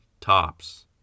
tops